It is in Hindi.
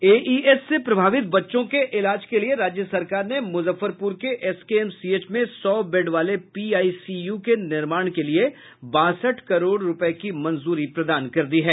एईएस से प्रभावित बच्चों के इलाज के लिए राज्य सरकार ने मुजफ्फरपुर के एसकेएमसीएच में सौ बेड वाले पीआईसीयू के निर्माण के लिए बासठ करोड़ रूपये की मंजूरी प्रदान कर दी है